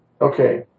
Okay